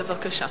בבקשה.